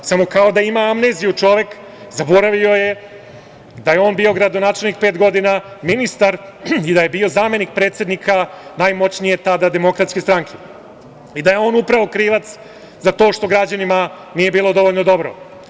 Ali, čovek kao da ima amneziju, zaboravio je da je on bio gradonačelnik pet godina, ministar i da je bio zamenik predsednika najmoćnije tada Demokratske stranke i da je on upravo krivac za to što građanima nije bilo dovoljno dobro.